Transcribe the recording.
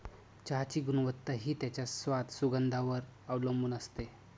चहाची गुणवत्ता हि त्याच्या स्वाद, सुगंधावर वर अवलंबुन असते